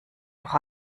noch